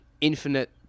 infinite